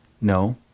No